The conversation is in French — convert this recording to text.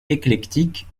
éclectique